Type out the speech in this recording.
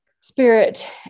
spirit